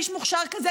איש מוכשר כזה,